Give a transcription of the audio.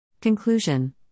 Conclusion